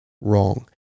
wrong